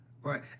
Right